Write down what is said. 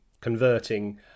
converting